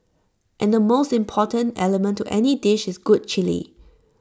and the most important element to any dish is good Chilli